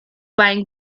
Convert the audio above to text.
buying